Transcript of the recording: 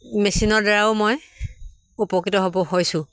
মেচিনৰ দ্বাৰাও মই উপকৃত হ'ব হৈছোঁ